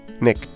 Nick